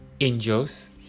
angels